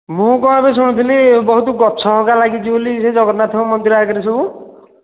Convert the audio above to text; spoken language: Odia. ମୁଁ କ'ଣ ଏବେ ଶୁଣିଥିଲି ବହୁତ ଗଛ ହେରିକା ଲାଗିଛି ବୋଲି ସେ ଜଗନ୍ନାଥ ମନ୍ଦିର ଆଗରେ ସବୁ